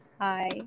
Hi